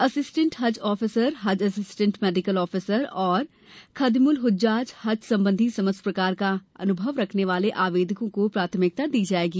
assistant Hajj officer Hajj assistant medical officer एवं खादिमुल हुज्जाज हज संबंधी समस्त प्रकार का अनुभव रखने वाले आवेदकों को प्राथमिकता दी जाएगी